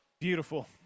Beautiful